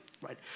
right